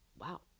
Wow